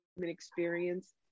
experience